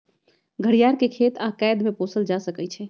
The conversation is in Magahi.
घरियार के खेत आऽ कैद में पोसल जा सकइ छइ